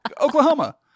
Oklahoma